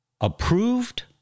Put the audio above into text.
approved